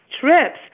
trips